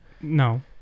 no